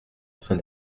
train